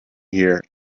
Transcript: here